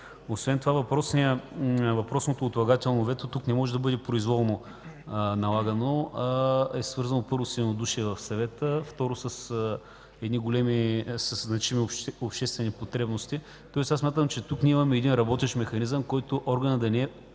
Освен това въпросното отлагателно вето тук не може да бъде произволно налагано и е свързано – първо, с единодушие в съвета, второ – с едни големи, със значими обществени потребности, тоест аз смятам, че тук ние имаме работещ механизъм, при който органът да не е